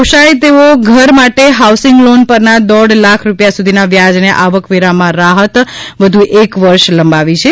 પોષાય તેવો ઘર માટે હાઉસિંગ લોન પરના દોઢ લાખ રૂપિયા સુધીના વ્યાજને આવકવેરામાં રાહત વધુ એક વર્ષ લંબાવી છે